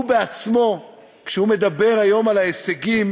הוא עצמו, כשהוא מדבר היום על ההישגים,